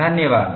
धन्यवाद